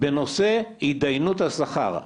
בנושא התדיינות השכר,